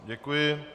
Děkuji.